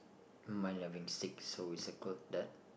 mine having six so we circled that